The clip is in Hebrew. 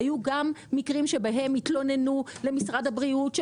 היו גם מקרים שבהם התלוננו למשרד הבריאות על כך